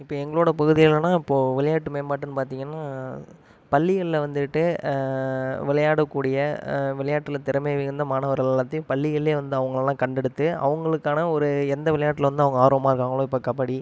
இப்போ எங்களோடய பகுதியிலனா இப்போது விளையாட்டு மேம்பாட்டுன்னு பார்த்தீங்கன்னா பள்ளிகள்ல வந்துட்டு விளையாட கூடிய விளையாட்டில் திறமை மிகுந்த மாணவர்கள் எல்லாத்தையும் பள்ளிகள்லே வந்து அவங்களலாம் கண்டெடுத்து அவங்களுக்கான ஒரு எந்த விளையாட்டில் வந்து அவங்க ஆர்வமாக இருக்காங்களோ இப்போ கபடி